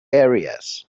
areas